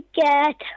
get